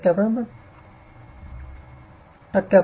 4t टक्क्यांपर्यंत बदलत आहे